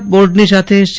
ગુજરાત બોર્ડની સાથે સી